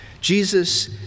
Jesus